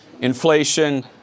Inflation